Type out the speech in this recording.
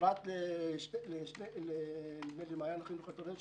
פרט למעיין החינוך התורני.